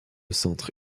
centre